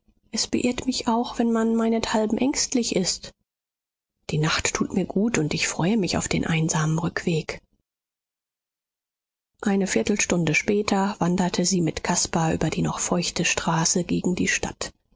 es beirrt mich auch wenn man meinethalben ängstlich ist die nacht tut mir gut und ich freue mich auf den einsamen rückweg eine viertelstunde später wanderte sie mit caspar über die noch feuchte straße gegen die stadt